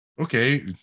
okay